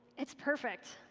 it's perfect.